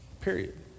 Period